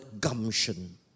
gumption